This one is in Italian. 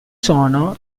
sono